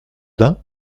dain